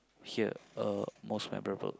here uh most memorable